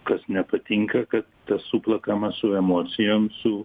kas nepatinka kad suplakama su emocijom su